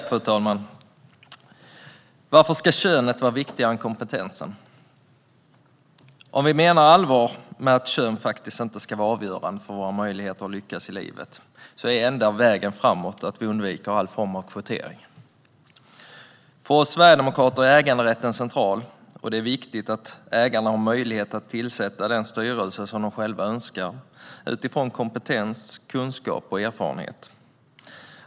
Fru talman! Varför ska könet vara viktigare än kompetensen? Om vi menar allvar med att kön faktiskt inte ska vara avgörande för våra möjligheter att lyckas i livet är enda vägen framåt att vi undviker all form av kvotering. För oss sverigedemokrater är äganderätten central, och det är viktigt att ägarna har möjlighet att tillsätta den styrelse som de själva önskar utifrån kompetens, kunskap och erfarenhet.